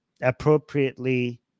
appropriately